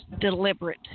deliberate